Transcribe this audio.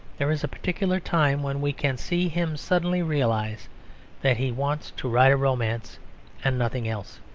there is a particular time when we can see him suddenly realise that he wants to write a romance and nothing else.